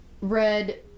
red